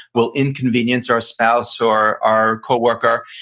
we'll inconvenience our spouse or our co-worker,